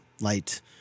light